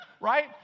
right